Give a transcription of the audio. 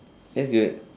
that's good